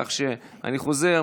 כך שאני חוזר,